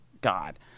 God